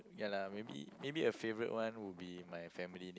ya lah maybe maybe a favourite one will be my family